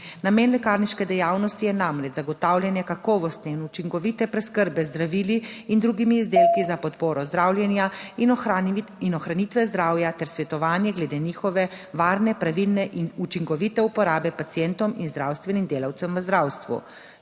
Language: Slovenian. Namen lekarniške dejavnosti je namreč zagotavljanje kakovostne in učinkovite preskrbe z zdravili in drugimi izdelki za podporo zdravljenja in ohranitve zdravja ter svetovanje glede njihove varne, pravilne in učinkovite uporabe pacientom in zdravstvenim delavcem v zdravstvu.